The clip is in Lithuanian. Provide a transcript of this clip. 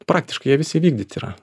praktiškai jie visi įvykdyti yra